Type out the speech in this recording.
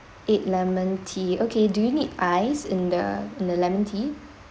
eight lemon tea okay do need ice in the in the lemon tea